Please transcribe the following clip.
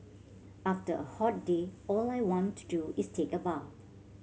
after a hot day all I want to do is take a bath